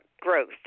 growth